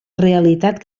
realitat